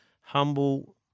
humble